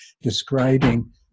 describing